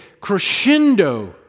crescendo